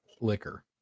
liquor